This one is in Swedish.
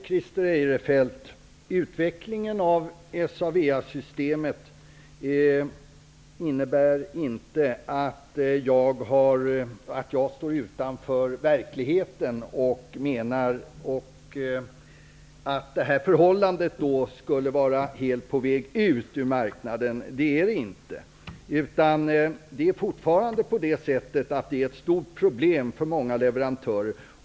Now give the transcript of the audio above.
Fru talman! Nej, Christer Eirefelt, jag står inte utanför verkligheten när jag talar om SA/VA systemet. Det systemet är inte helt på väg ut ur marknaden. Det utgör fortfarande ett stort problem för många leverantörer.